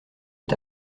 est